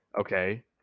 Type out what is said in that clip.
Okay